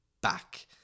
back